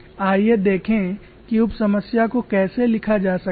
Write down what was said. आइए देखें कि उप समस्या को कैसे लिखा जा सकता है